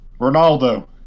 Ronaldo